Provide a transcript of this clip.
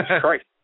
Christ